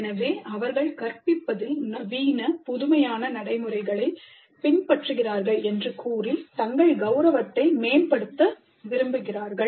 எனவே அவர்கள் கற்பிப்பதில் நவீன புதுமையான நடைமுறைகளை பின்பற்றுகிறோம் என்று கூறி தங்கள் கவுரவத்தை மேம்படுத்த விரும்புகிறார்கள்